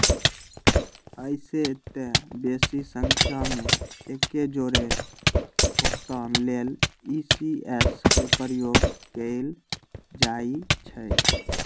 अइसेए तऽ बेशी संख्या में एके जौरे भुगतान लेल इ.सी.एस के प्रयोग कएल जाइ छइ